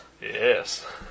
Yes